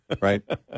Right